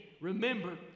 Remember